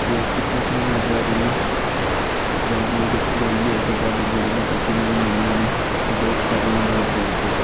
जी आप कितने समय में भिजवा देंगे जी आप मुझे जितनी जल्दी हो सके आप भिजवा देना क्योंकि मेरे मेहमान है जो वेट कर रहे हैं बहुत देर से